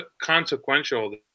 consequential